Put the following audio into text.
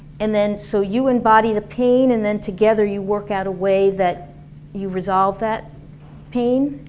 and then, so you embody the pain and then together you work out a way that you resolve that pain.